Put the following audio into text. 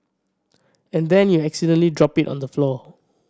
and then you accidentally drop it on the floor